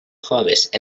harvest